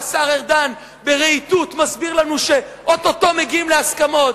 והשר ארדן בלהיטות מסביר לנו שאו-טו-טו מגיעים להסכמות.